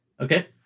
Okay